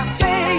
say